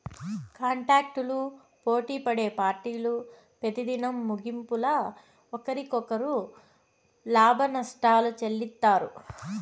కాంటాక్టులు పోటిపడే పార్టీలు పెతిదినం ముగింపుల ఒకరికొకరు లాభనష్టాలు చెల్లిత్తారు